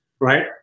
right